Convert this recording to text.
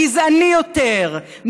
גזעני יותר,